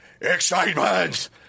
excitement